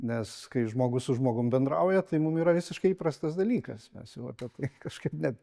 nes kai žmogus su žmogum bendrauja tai mum yra visiškai įprastas dalykas mes jau apie tai kažkaip net